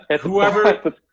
whoever